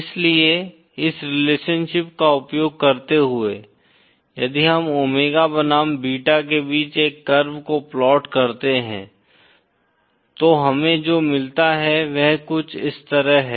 इसलिए इस रिलेशनशिप का उपयोग करते हुए यदि हम ओमेगा बनाम बीटा के बीच एक कर्व को प्लाट करते हैं तो हमें जो मिलता है वह कुछ इस तरह है